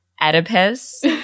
Oedipus